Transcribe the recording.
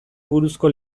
buruzko